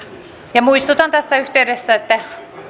ja nousemalla seisomaan muistutan tässä yhteydessä että